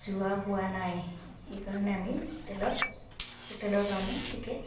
যোৱা হোৱা নাই সেইকাৰণে আমি হোটেলত হোটেলৰ কাৰণে টিকেট